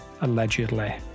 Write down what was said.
allegedly